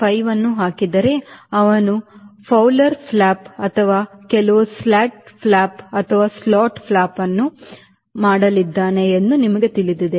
5 ಅನ್ನು ಹಾಕಿದರೆ ಅವನು ಫೌಲರ್ ಫ್ಲಾಪ್ ಅಥವಾ ಕೆಲವು ಸ್ಲ್ಯಾಟ್ ಅಥವಾ ಸ್ಲಾಟ್ ಅನ್ನು ಅವನು ಮಾಡಲಿದ್ದಾನೆ ಎಂದು ನಿಮಗೆ ತಿಳಿದಿದೆ